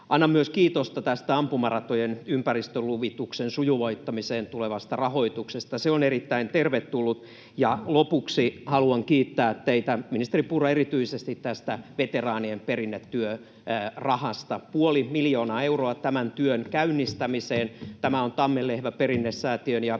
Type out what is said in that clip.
Annan kiitosta myös tästä ampumaratojen ympäristöluvituksen sujuvoittamiseen tulevasta rahoituksesta. Se on erittäin tervetullut. Lopuksi haluan kiittää teitä, ministeri Purra, erityisesti tästä veteraanien perinnetyörahasta, puoli miljoonaa euroa tämän työn käynnistämiseen. Tämä on Tammenlehvän perinnesäätiön ja muiden